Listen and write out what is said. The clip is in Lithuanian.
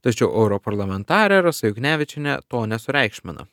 tačiau europarlamentarė rasa juknevičienė to nesureikšmina